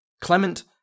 Clement